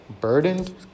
Burdened